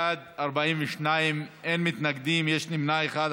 בעד, 42, אין מתנגדים, יש נמנע אחד.